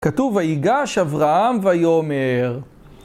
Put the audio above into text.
כתוב ויגש אברהם ויומר.